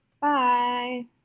Bye